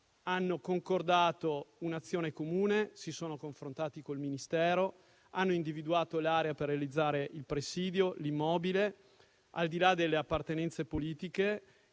hanno concordato un'azione comune, si sono confrontati con il Ministero, hanno individuato l'area per realizzare il presidio e l'immobile, al di là delle appartenenze politiche,